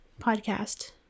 podcast